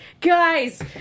guys